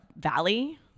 valley